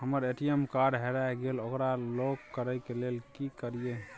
हमर ATM card हेरा गेल ओकरा लॉक करै के लेल की करियै?